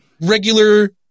regular